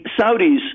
Saudis